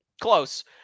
close